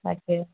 তাকে